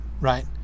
Right